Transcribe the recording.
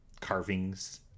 carvings